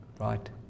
Right